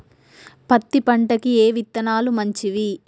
పత్తి పంటకి ఏ విత్తనాలు మంచివి?